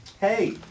Hey